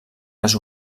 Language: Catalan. les